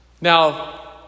Now